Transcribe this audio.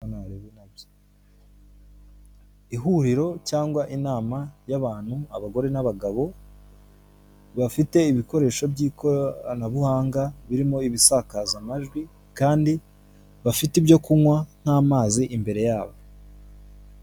Ihuriro cyangwa inama y'abantu abagore n'abagabo bafite ibikoresho by'ikoranabuhanga birimo ibisakazamajwi kandi bafite ibyo kunywa nk'amazi imbere yabo.